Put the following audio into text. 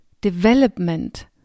development